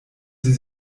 sie